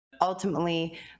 ultimately